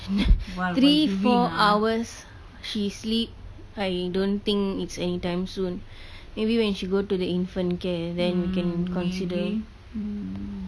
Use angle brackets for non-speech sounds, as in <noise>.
<laughs> three four hours she sleep I don't think it's anytime soon <breath> maybe when you should go to the infant care then you can consider